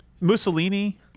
Mussolini